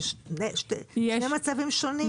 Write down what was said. אלה שני מצבים שונים.